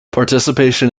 participation